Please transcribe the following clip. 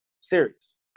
serious